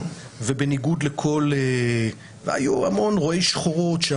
ובניגוד לכל רואי השחורות שהיו,